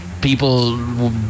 people